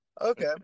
Okay